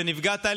טלי,